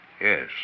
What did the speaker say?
Yes